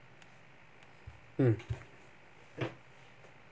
mm